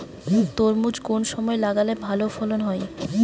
তরমুজ কোন সময় লাগালে ভালো ফলন হয়?